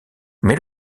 mais